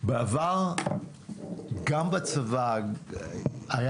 גם בצבא היה